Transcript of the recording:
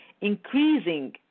Increasing